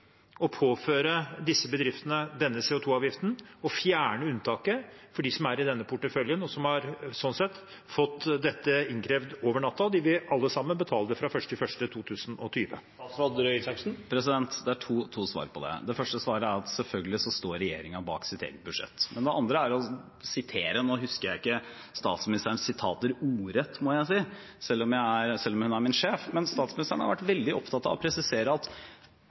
å påføre disse bedriftene denne CO 2 -avgiften og fjerne unntaket for dem som er i denne porteføljen, og som sånn sett har fått dette innkrevd over natten, de vil alle sammen betale det fra 1. januar 2020? Det er to svar på det. Det første svaret er at regjeringen selvfølgelig står bak sitt eget budsjett. Men det andre er: Nå husker jeg ikke statsministerens sitater ordrett, må jeg si, selv om hun er min sjef, men statsministeren har vært veldig opptatt av å presisere at ulikt tidligere regjeringer – ingen nevnt, ingen glemt – skal det ikke være slik i denne flertallsregjeringen at